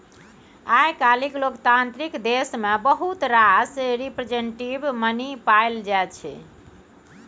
आइ काल्हि लोकतांत्रिक देश मे बहुत रास रिप्रजेंटेटिव मनी पाएल जाइ छै